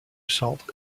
centre